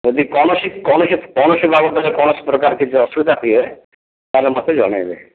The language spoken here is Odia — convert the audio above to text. ଯଦି କୌଣସି କୌଣସି କୌଣସି ବାବଦରେ କୌଣସି ପ୍ରକାର କିଛି ଅସୁବିଧା ହୁଏ ତା'ହେଲେ ମୋତେ ଜଣାଇବେ